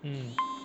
mm